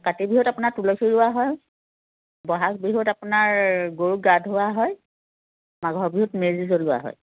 কাতি বিহুত আপোনাৰ তুলসী ৰুৱা হয় ব'হাগ বিহুত আপোনাৰ গৰুক গা ধোওৱা হয় মাঘৰ বিহুত মেজি জ্বলোৱা হয়